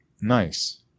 Nice